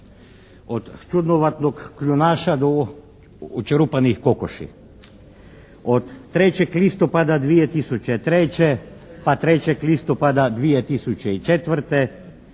od čudnovatog kljunaša do očerupanih kokoši. Od 3. listopada 2003. pa 3. listopada 2004.